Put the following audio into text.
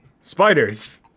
Spiders